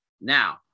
Now